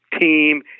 team